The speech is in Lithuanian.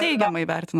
teigiamai vertina